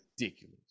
ridiculous